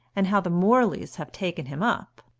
and how the morleys have taken him up?